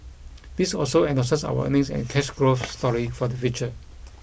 this also endorses our earnings and cash growth story for the future